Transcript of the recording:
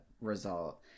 result